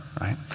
right